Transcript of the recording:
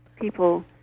people